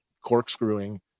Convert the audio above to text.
corkscrewing